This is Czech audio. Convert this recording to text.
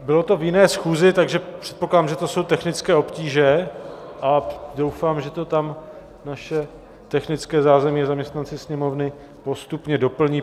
Bylo to v jiné schůzi, takže předpokládám, že to jsou technické obtíže, a doufám, že to tam naše technické zázemí a zaměstnanci Sněmovny postupně doplní.